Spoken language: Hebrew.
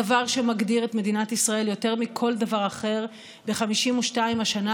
הדבר שמגדיר את מדינת ישראל יותר מכל דבר אחר ב-52 השנה